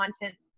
content